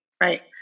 Right